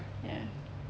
ya